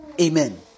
Amen